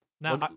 now